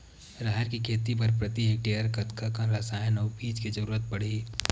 राहेर के खेती बर प्रति हेक्टेयर कतका कन रसायन अउ बीज के जरूरत पड़ही?